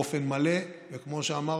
באופן מלא, וכמו שאמרתי,